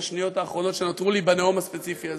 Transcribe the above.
בשניות האחרונות שנותרו לי בנאום הספציפי הזה: